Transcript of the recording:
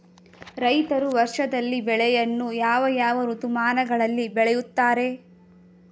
ರೈತರು ವರ್ಷದಲ್ಲಿ ಬೆಳೆಯನ್ನು ಯಾವ ಯಾವ ಋತುಮಾನಗಳಲ್ಲಿ ಬೆಳೆಯುತ್ತಾರೆ?